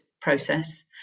process